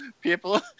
people